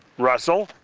russel,